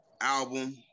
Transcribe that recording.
album